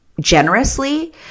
generously